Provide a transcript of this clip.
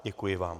Děkuji vám.